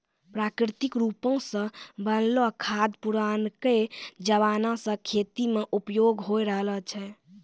प्राकृतिक रुपो से बनलो खाद पुरानाके जमाना से खेती मे उपयोग होय रहलो छै